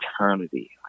eternity